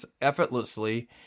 effortlessly